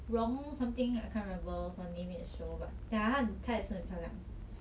rong something I can't remember her name in the show but 她也是很漂亮